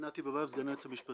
אני נתן בביוף, סגן היועץ המשפטי.